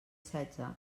setze